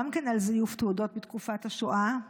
גם כן על זיוף תעודות בתקופת השואה,